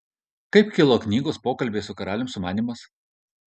kaip kilo knygos pokalbiai su karaliumi sumanymas